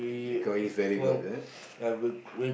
because he is very good is it